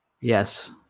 Yes